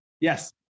Yes